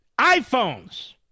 iPhones